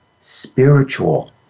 spiritual